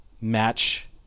match